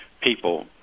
people